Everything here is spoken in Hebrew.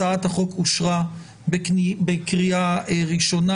הצעת החוק אושרה בקריאה ראשונה.